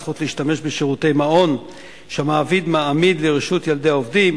הזכות להשתמש בשירותי מעון שהמעביד מעמיד לרשות ילדי העובדים,